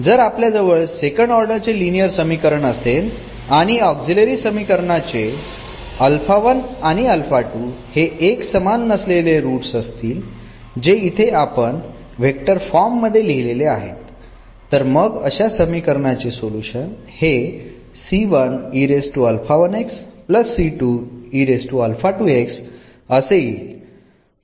जड आपल्याजवळ second order चे लीनियर समीकरण असेल आणि ऑक्झिलरी समीकरणाचे हे एक समान नसलेले रूट्स असतील जे इथे आपण व्हेक्टर फॉर्म मध्ये लिहिलेले आहेत तर मग अशा समीकरणाचे सोल्युशन हे असे येईल